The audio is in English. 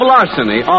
Larceny